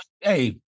hey